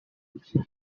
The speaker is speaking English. desert